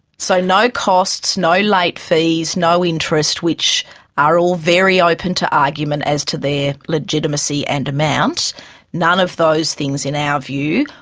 so no costs, no late fees, no interest which are all very open to argument as to their legitimacy and amount none of those things, in our view,